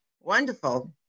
Wonderful